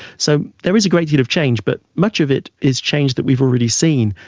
so there is a great deal of change, but much of it is change that we've already seen.